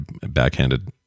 backhanded